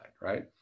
right